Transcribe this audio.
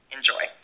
Enjoy